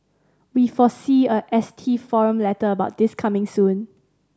we foresee a S T forum letter about this coming soon